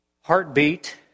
heartbeat